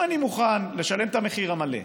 אם אני מוכן לשלם את המחיר המלא,